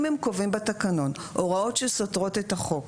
אם הם קובעים בתקנון הוראות שסותרות את החוק,